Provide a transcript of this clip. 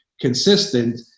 consistent